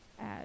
Add